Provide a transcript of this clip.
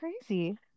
crazy